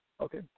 Okay